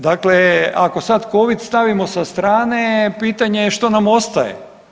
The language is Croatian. Dakle, ako sad covid stavimo sa strane pitanje je što nam ostaje?